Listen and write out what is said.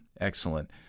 excellent